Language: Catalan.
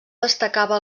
destacava